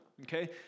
okay